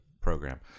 program